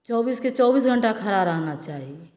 चौबीसके चौबीस घंटा खड़ा रहना चाही